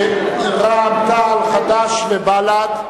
רע"ם-תע"ל, חד"ש ובל"ד.